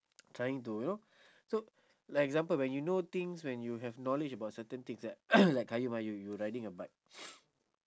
trying to you know so like example when you know things when you have knowledge about certain things like like qayyum ah you you riding a bike